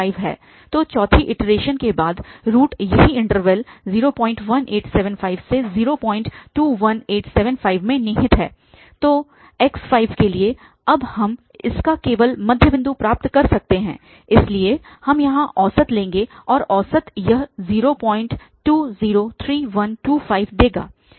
तो चौथी इटरेशन के बाद रूट इसी इन्टरवल01875021875 में निहित है तो x5 के लिए अब हम इसका केवल मध्य बिंदु प्राप्त कर सकते हैं इसलिए हम यहाँ औसत लेंगे और औसत यह 0203125 देगा